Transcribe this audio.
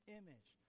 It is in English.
image